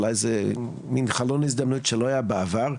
אולי זה מן חלון הזדמנויות שלא היה בעבר.